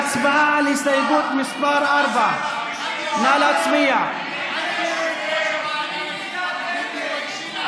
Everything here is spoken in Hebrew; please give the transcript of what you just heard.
ההסתייגות (4) של חברי הכנסת אורית מלכה סטרוק,